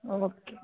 okay